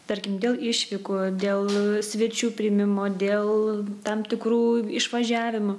tarkim dėl išvykų dėl svečių priėmimo dėl tam tikrų išvažiavimų